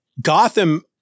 Gotham